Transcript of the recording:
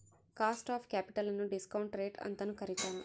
cost of capital ನ್ನು discount rate ಅಂತನು ಕರಿತಾರೆ